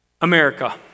America